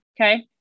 Okay